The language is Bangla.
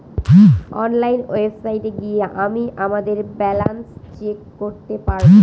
অনলাইন ওয়েবসাইটে গিয়ে আমিই আমাদের ব্যালান্স চেক করতে পারবো